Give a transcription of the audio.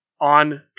on